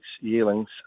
yearlings